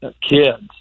kids